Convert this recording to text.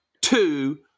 Two